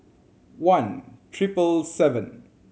one triple seven